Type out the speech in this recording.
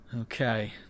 Okay